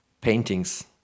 paintings